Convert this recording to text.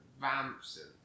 vamps